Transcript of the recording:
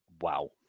Wow